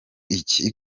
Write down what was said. iki